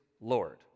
Lord